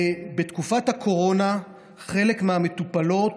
בתקופת הקורונה חלק מהמטופלות